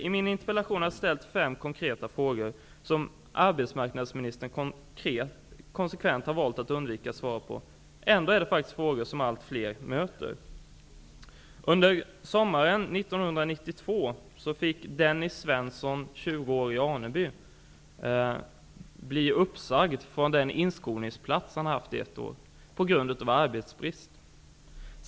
I min interpellation har jag ställt fem konkreta frågor som arbetsmarknadsministern konsekvent har valt att undvika att svara på. Ändå är detta faktiskt frågor som allt fler ställer. år, från Aneby uppsagd på grund av arbetsbrist från den inskolningsplats som han hade haft under ett år.